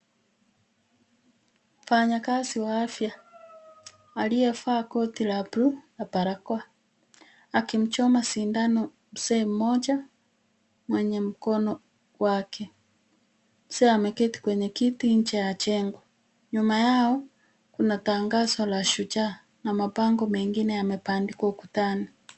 Mfanyakazi wa afya aliyevaa koti la bluu na barakoa. Akimchoma sindano mzee mmoja mwenye mkono wake . Mzee ameketi kwenye kiti nje ya jengo nyuma yao kuna tangazo la shujaa na mabango mengine yamebandikwa ukutani.